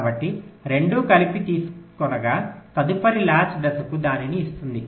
కాబట్టి రెండూ కలిపి తీసుకొనగా తదుపరి లాచ్ దశకు దానిని ఇస్తుంది